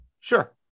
Sure